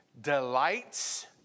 delights